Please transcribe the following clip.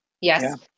yes